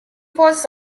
was